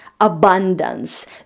abundance